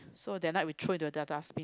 so that night we throw it into their dustbin